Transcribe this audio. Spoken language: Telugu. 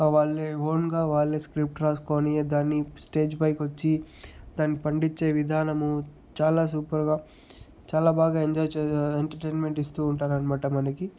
వాళ్ళ ఓన్గా వాళ్ళే స్క్రిప్ట్ రాసుకొని దాన్ని స్టేజ్ పైకొచ్చి దాన్ని పండించే విధానము చాలా సూపర్గా చాలా బాగా ఎంజాయ్ చే ఎంటర్టైన్మెంట్ ఇస్తూ ఉంటారన్నమాట మనకి